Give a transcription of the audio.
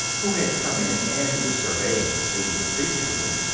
who had come in and was surveying the scene appreciatively.